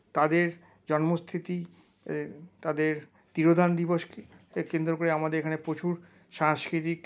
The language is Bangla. তাদের জন্মস্থিতি তাদের তিরোধান দিবসকে কেন্দ্র করে আমাদের এখানে প্রচুর সাংস্কৃতিক